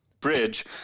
bridge